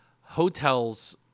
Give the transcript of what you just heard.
hotels